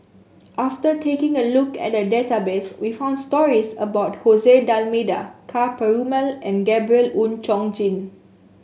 after taking a look at the database we found stories about Jose D'Almeida Ka Perumal and Gabriel Oon Chong Jin